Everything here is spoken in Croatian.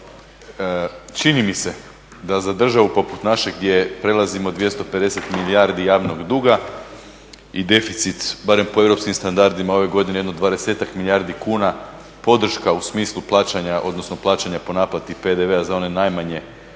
čini mi se da za državu poput naše gdje prelazimo 250 milijardi javnog duga i deficit barem po europskim standardima ove godine jedno 20-tak milijardi kuna podrška u smislu plaćanja odnosno plaćanja po naplati PDV-a za one najmanje